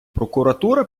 прокуратура